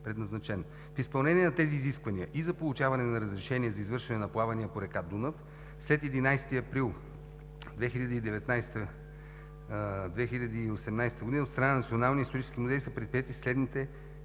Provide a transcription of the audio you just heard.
предназначен. В изпълнение на тези изисквания и за получаване на разрешение за извършване на плавания по река Дунав след 11 април 2018 г. от страна на Националния исторически музей са предприети следните